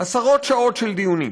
עשרות שעות של דיונים.